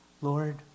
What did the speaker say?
Lord